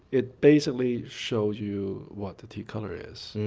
it basically shows you what the tea color is.